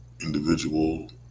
individual